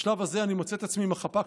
בשלב הזה אני מוצא את עצמי עם החפ"ק